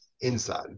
inside